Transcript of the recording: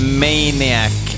maniac